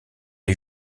est